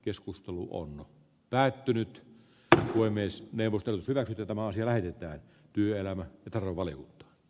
keskustelu on päättynyt ja voi myös neuvoton sillä tämä asia lähetetään työelämä kitaravallin b